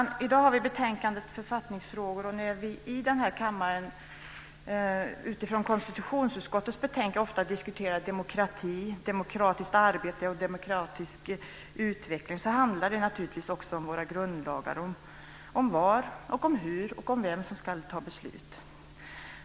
I dag har vi att behandla betänkandet Författningsfrågor m.m. När vi i denna kammare utifrån konstitutionsutskottets betänkanden ofta diskuterar demokrati, demokratiskt arbete och demokratisk utveckling handlar det naturligtvis också om våra grundlagar och om var, hur och av vem beslut ska fattas.